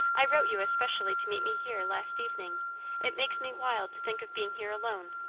i wrote you especially to meet me here last evening it makes me wild to think of being here alone.